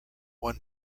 one